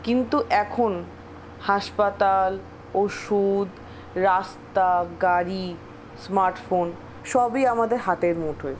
কিন্তু এখন হাসপাতাল ওষুধ রাস্তা গাড়ি স্মার্টফোন সবই আমাদের হাতের মুঠোয়